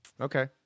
Okay